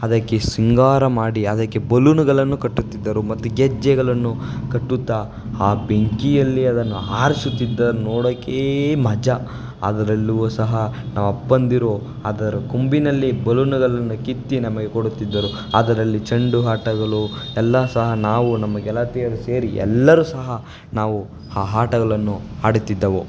ಅದಕ್ಕೆ ಸಿಂಗಾರ ಮಾಡಿ ಅದಕ್ಕೆ ಬಲೂನುಗಳನ್ನು ಕಟ್ಟುತ್ತಿದ್ದರು ಮತ್ತು ಗೆಜ್ಜೆಗಳನ್ನು ಕಟ್ಟುತ್ತಾ ಆ ಬೆಂಕಿಯಲ್ಲಿ ಅದನ್ನು ಹಾರಿಸುತ್ತಿದ್ದನ್ ನೋಡೋಕೆ ಮಜಾ ಅದರಲ್ಲೂ ಸಹ ನಮ್ಮ ಅಪ್ಪಂದಿರು ಅದರ ಕೊಂಬಿನಲ್ಲಿ ಬಲೂನುಗಳನ್ನ ಕಿತ್ತು ನಮಗೆ ಕೊಡುತ್ತಿದ್ದರು ಅದರಲ್ಲಿ ಚೆಂಡು ಆಟಗಳು ಎಲ್ಲ ಸಹ ನಾವು ನಮ್ಮ ಗೆಳತಿಯರು ಸೇರಿ ಎಲ್ಲರೂ ಸಹ ನಾವು ಆ ಆಟಗಳನ್ನು ಆಡುತ್ತಿದ್ದೆವು